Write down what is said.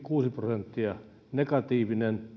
kuusi prosenttia negatiivinen